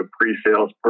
pre-sales